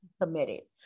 committed